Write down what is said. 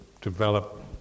develop